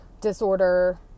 disorder